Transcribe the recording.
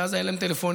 ובעזה אין להם טלפונים,